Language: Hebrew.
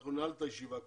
אנחנו ננעל את הישיבה כרגע.